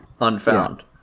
unfound